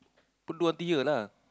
put until here lah